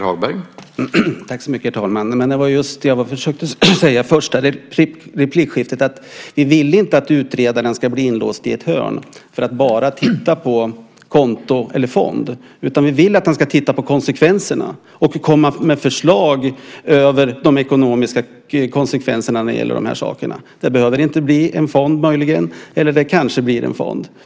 Herr talman! Det var just det jag försökte säga först i replikskiftet: Vi vill inte att utredaren ska bli inlåst i ett hörn för att bara titta på konto eller fond. Vi vill att han ska titta på konsekvenserna och komma med förslag om de ekonomiska konsekvenserna av sådant här. Det behöver möjligen inte bli en fond, men det kanske blir en fond.